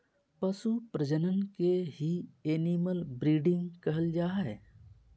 पशु प्रजनन के ही एनिमल ब्रीडिंग कहल जा हय